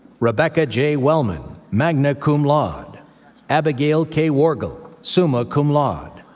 rebecca j. wellman, magna cum laude abigail k. worgul, summa cum laude.